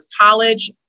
College